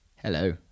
hello